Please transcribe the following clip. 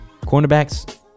Cornerbacks